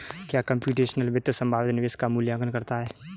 क्या कंप्यूटेशनल वित्त संभावित निवेश का मूल्यांकन करता है?